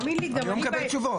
אבל אני לא מקבל תשובות.